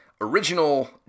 original